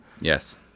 Yes